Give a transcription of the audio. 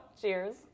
cheers